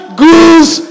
goose